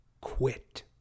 Quit